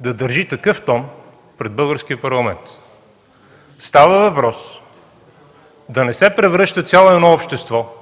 да държи такъв тон пред Българския парламент. Става въпрос да не се превръща цяло едно общество